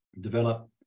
develop